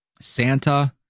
Santa